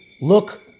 look